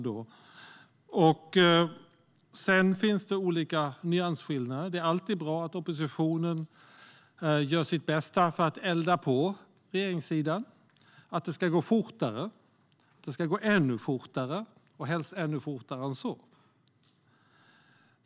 Det finns förstås olika nyansskillnader, och det är alltid bra att oppositionen gör sitt bästa för att elda på regeringssidan så att det ska gå fortare - och helst ännu fortare än så.